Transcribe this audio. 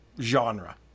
genre